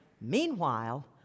meanwhile